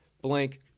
blank